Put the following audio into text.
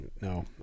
no